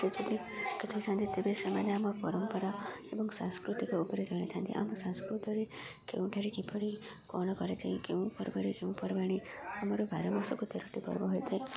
ଯଦି ଥାନ୍ତି ତେବେ ସେମାନେ ଆମ ପରମ୍ପରା ଏବଂ ସାଂସ୍କୃତିକ ଉପରେ ଚଳିଥାନ୍ତି ଆମ ସାଂସ୍କୃତିରେ କେଉଁଠାରେ କିପରି କ'ଣ କରାଯାଇ କେଉଁ ପର୍ବରେ କେଉଁ ପର୍ବାଣି ଆମର ବାରବର୍ଷକୁ ତେରଟି ପର୍ବ ହୋଇଥାଏ